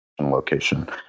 location